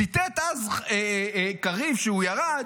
ציטט אז קריב כשהוא ירד,